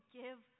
give